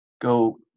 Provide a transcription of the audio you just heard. go